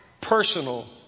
personal